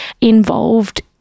involved